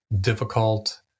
Difficult